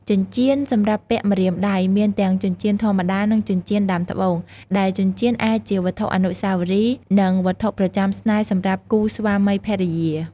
ចិញ្ចៀន សម្រាប់ពាក់ម្រាមដៃ មានទាំងចិញ្ចៀនធម្មតា និងចិញ្ចៀនដាំត្បូង ដែលចិញ្ចៀនអាចជាវត្ថុអនុស្សាវរីយ៍ និងវត្ថុប្រចាំស្នេហ៍សម្រាប់គូស្វាមីភរិយា។